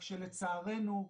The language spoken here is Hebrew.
רק שלצערנו,